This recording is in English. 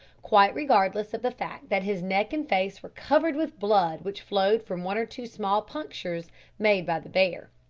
quite regardless of the fact that his neck and face were covered with blood which flowed from one or two small punctures made by the bear.